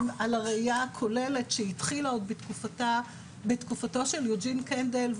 הראייה הכוללת שהתחילה עוד בתקופתו של יוג'ין קנדל,